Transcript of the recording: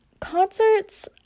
concerts